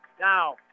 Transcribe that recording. Now